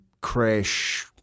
crash